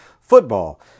football